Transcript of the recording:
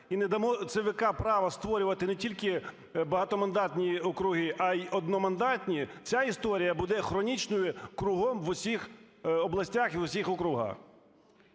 і не дамо ЦВК право створювати не тільки багатомандатні округи, а й одномандатні, ця історія буде хронічною кругом, у всіх областях і у всіх округах.